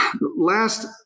Last